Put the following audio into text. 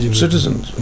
citizens